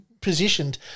positioned –